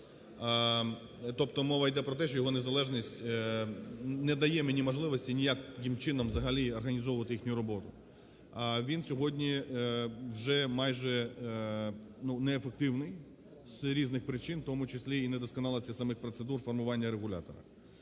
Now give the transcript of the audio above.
тобто мова йде про те, що його незалежність не дає мені можливості ніяким чином взагалі організовувати їхню роботу. Він сьогодні вже майже не ефективний з різних причин, в тому числі і недосконалості самих процедур формування регулятора.